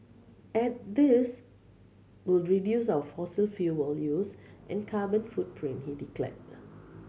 and this will reduce our fossil fuel use and carbon footprint he declared